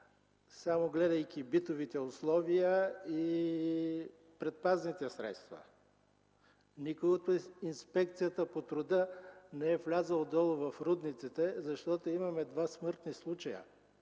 само гледайки битовите условия и предпазните средства. Никой от Инспекцията по труда не е влязъл долу в рудниците. А имаме два смъртни случая.